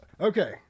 okay